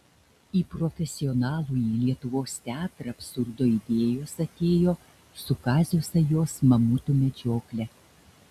į profesionalųjį lietuvos teatrą absurdo idėjos atėjo su kazio sajos mamutų medžiokle